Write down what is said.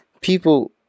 People